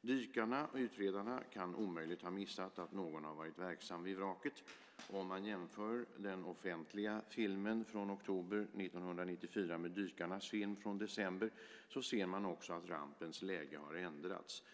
Dykarna och utredarna kan omöjligt ha missat att någon har varit verksam vid vraket. Om man jämför den offentliga filmen från oktober 1994 med dykarnas film från december ser man också att rampens läge har ändrats.